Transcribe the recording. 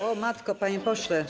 O matko, panie pośle.